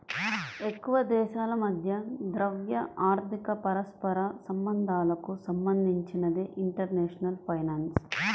ఎక్కువదేశాల మధ్య ద్రవ్య, ఆర్థిక పరస్పర సంబంధాలకు సంబంధించినదే ఇంటర్నేషనల్ ఫైనాన్స్